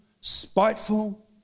spiteful